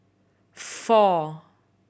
four